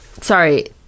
Sorry